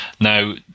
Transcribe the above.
Now